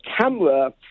camera